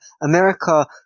America